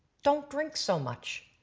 don't drink so much.